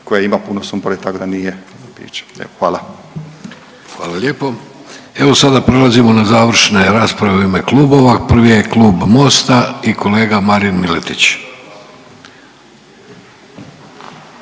(Socijaldemokrati)** Hvala lijepo. Evo sada prelazimo na završne rasprave u ime klubova. Prvi je Klub Mosta i kolega Marin Miletić.